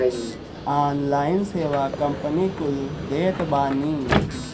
online सेवा कंपनी कुल देत बानी